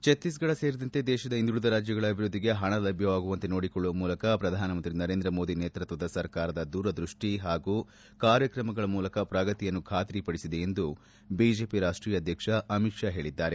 ಛತ್ತೀಸ್ಫಡ ಸೇರಿದಂತೆ ದೇಶದ ಹಿಂದುಳಿದ ರಾಜ್ಯಗಳ ಅಭಿವೃದ್ದಿಗೆ ಹಣ ಲಭ್ಯವಾಗುವಂತೆ ಸೋಡಿಕೊಳ್ಳುವ ಮೂಲಕ ಪ್ರಧಾನಮಂತ್ರಿ ನರೇಂದ್ರ ಮೋದಿ ನೇತೃತ್ವದ ಸರ್ಕಾರದ ದೂರದೃಷ್ಟಿ ಹಾಗೂ ಕಾರ್ಯಕ್ರಮಗಳ ಮೂಲಕ ಪ್ರಗತಿಯನ್ನು ಖಾತರಿಪಡಿಸಿದೆ ಎಂದು ಬಿಜೆಪಿ ರಾಷ್ಟೀಯ ಅಧ್ಯಕ್ಷ ಅಮಿತ್ ಷಾ ಹೇಳಿದ್ದಾರೆ